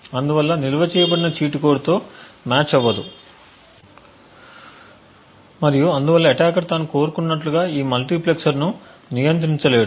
అందువల్ల నిల్వ చేయబడిన చీట్ కోడ్ తో మ్యాచ్ అవ్వదు మరియు అందువల్ల అటాకర్ తాను కోరుకున్నట్లుగా ఈ మల్టీప్లెక్సర్ను నియంత్రించలేడు